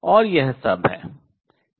और यह सब है